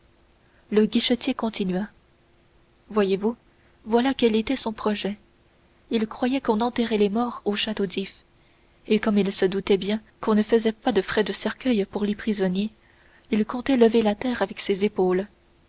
le guichetier continua voyez-vous voilà quel était son projet il croyait qu'on enterrait les morts au château d'if et comme il se doutait bien qu'on ne faisait pas de frais de cercueil pour les prisonniers il comptait lever la terre avec ses épaules